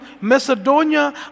Macedonia